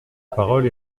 parole